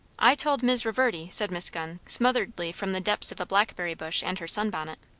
i told mis' reverdy, said miss gunn smotheredly from the depths of a blackberry bush and her sun-bonnet,